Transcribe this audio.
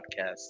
podcast